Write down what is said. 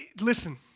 listen